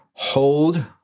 hold